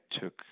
took